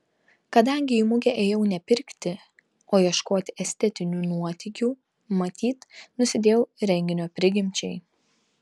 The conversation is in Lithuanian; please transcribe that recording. kadangi į mugę ėjau ne pirkti o ieškoti estetinių nuotykių matyt nusidėjau renginio prigimčiai